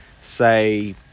say